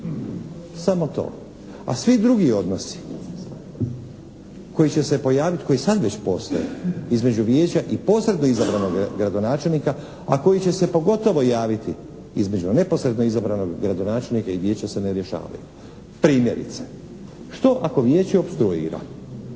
Samo to. A svi drugi odnosi koji će se pojaviti, koji sad već postoje između Vijeća i posredno izabranog gradonačelnika a koji će se pogotovo javiti između neposredno izabranog gradonačelnika i Vijeća se ne rješavaju. Primjerice, što ako Vijeće opstruira?